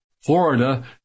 Florida